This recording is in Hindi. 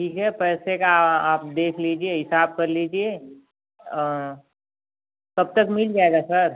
ठीक है पैसे का आप देख लीजिए हिसाब कर लीजिए कब तक मिल जाएगा सर